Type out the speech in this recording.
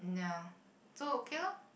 no so okay loh